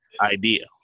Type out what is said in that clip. idea